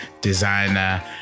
designer